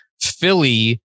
Philly